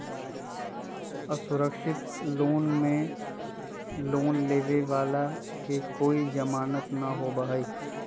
असुरक्षित लोन में लोन लेवे वाला के कोई जमानत न होबा हई